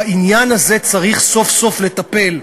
בעניין הזה צריך סוף-סוף לטפל.